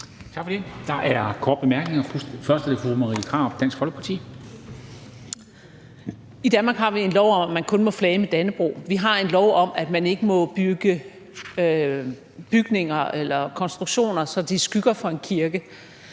Tak for det. Der er korte bemærkninger, og først er det fru Marie Krarup, Dansk Folkeparti. Kl. 19:15 Marie Krarup (DF): I Danmark har vi en lov om, at man kun må flage med dannebrog. Vi har en lov om, at man ikke må bygge bygninger eller konstruktioner, så de skygger for en kirke.